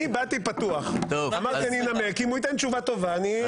אני באתי פתוח ואמרתי שאני אנמק ואם הוא ייתן תשובה טובה אני אצביע.